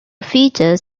features